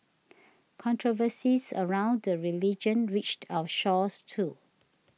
controversies around the religion reached our shores too